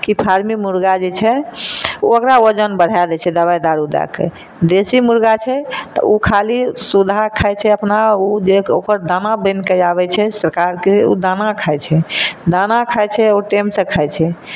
कि फार्मी मुर्गा जे छै ओकरा वजन बढ़ा दै छै दवाइ दारू दए कऽ देशी मुर्गा छै तऽ ओ खाली सुधा खाइ छै अपना ओ जे ओकर दाना बनिके आबै छै सरकारके ओ दाना खाइ छै दाना खाइ छै ओ टाइमसँ खाइ छै